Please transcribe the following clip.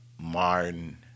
Martin